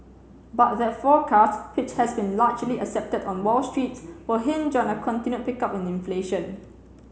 but that forecast which has been largely accepted on Wall Street will hinge on a continued pickup in inflation